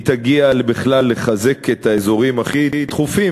תגיע בכלל לחזק את האזורים שהכי דחוף לחזקם,